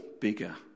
bigger